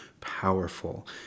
powerful